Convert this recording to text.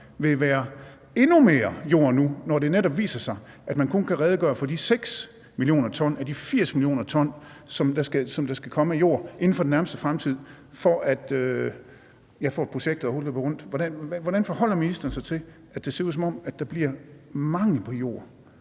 vil være endnu mere jord, når det netop viser sig, at man kun kan redegøre for de 6 mio. t ud af de 80 mio. t jord, som skal komme inden for den nærmeste fremtid, for at projektet overhovedet løber rundt? Hvordan forholder ministeren sig til, at det ser ud, som om der bliver mangel på jord,